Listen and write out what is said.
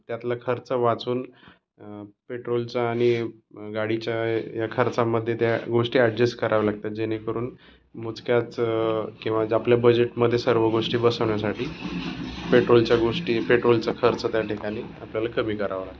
त्यातलं खर्च वाचवून पेट्रोलचा आणि गाडीच्या या खर्चामध्ये त्या गोष्टी ॲडजेस्ट करावं लागतात जेणेकरून मोजक्याच किंवा ज्या आपल्या बजेटमध्ये सर्व गोष्टी बसवण्यासाठी पेट्रोलच्या गोष्टी पेट्रोलचं खर्च त्या ठिकाणी आपल्याला कमी करावा लागतो